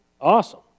awesome